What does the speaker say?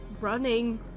running